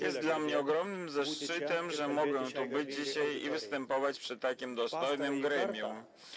Jest to dla mnie ogromny zaszczyt, że mogę tu być dzisiaj i występować przed takim dostojnym gremium.